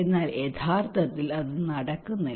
എന്നാൽ യഥാർത്ഥത്തിൽ അത് നടക്കുന്നില്ല